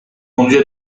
conduit